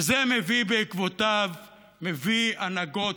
וזה מביא בעקבותיו הנהגות,